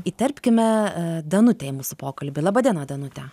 įterpkime danutę į mūsų pokalbį laba diena danute